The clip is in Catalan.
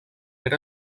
era